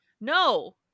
No